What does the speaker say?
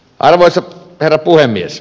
arvoisa herra puhemies